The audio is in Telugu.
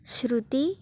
శృతి